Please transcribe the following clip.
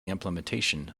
implementation